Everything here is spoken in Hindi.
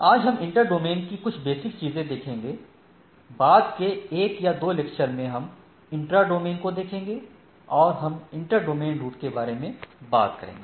आज हम इंटर डोमेन कि कुछ बेसिक चीजें देखेंगे बाद के 1 या 2 लेक्चर में हम इंट्रा डोमेन को देखेंगे और फिर हम इंटर डोमेन रूट के बारे में बात करेंगे